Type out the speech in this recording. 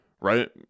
right